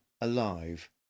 alive